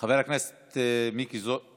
כי דווקא את זה אתם היום סוגרים,